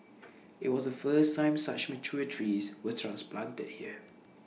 IT was the first time such mature trees were transplanted here